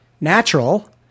natural